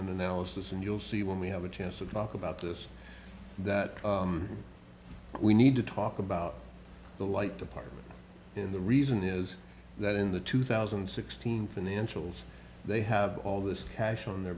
analysis and you'll see when we have a chance to talk about this that we need to talk about the light department and the reason is that in the two thousand and sixteen financials they have all this cash on their